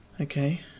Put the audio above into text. Okay